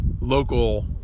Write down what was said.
local